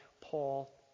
Paul